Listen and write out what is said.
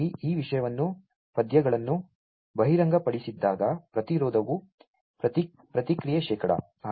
ಹಾಗಾಗಿ ಈ ವಿಷಯವನ್ನು ಪದ್ಯಗಳನ್ನು ಬಹಿರಂಗಪಡಿಸದಿದ್ದಾಗ ಪ್ರತಿರೋಧವು ಪ್ರತಿಕ್ರಿಯೆ ಶೇಕಡ